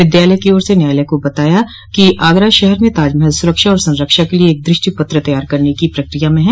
विद्यालय की ओर से न्यायालय को बताया कि आगरा शहर में ताजमहल सुरक्षा और संरक्षा के लिए एक दृष्टि पत्र तैयार करने की प्रक्रिया में हैं